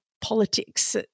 politics